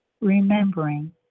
remembering